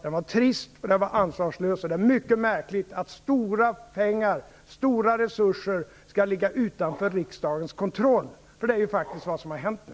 Det var trist, och det var ansvarslöst, och det är mycket märkligt att stora pengar, stora resurser skall ligga utanför riksdagens kontroll, för det är ju faktiskt vad som har hänt nu.